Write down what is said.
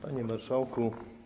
Panie Marszałku!